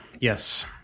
Yes